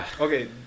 Okay